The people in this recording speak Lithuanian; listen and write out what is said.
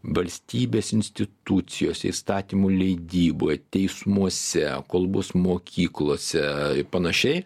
valstybės institucijos įstatymų leidyboje teismuose kol bus mokyklose ir panašiai